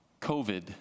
COVID